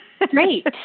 Great